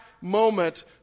moment